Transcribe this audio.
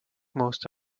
most